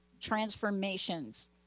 transformations